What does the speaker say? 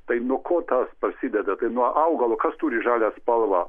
tai nuo ko tas prasideda nuo augalo kas turi žalią spalvą